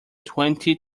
twenty